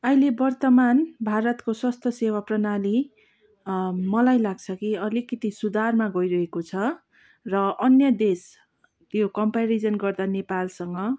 अहिले वर्तमान भारतको स्वास्थ्य सेवा प्रणाली मलाई लाग्छ कि अलिकति सुधारमा गइरहेको छ र अन्य देश यो कम्प्यारिजन गर्दा नेपालसँग